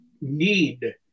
need